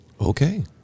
Okay